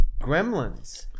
gremlins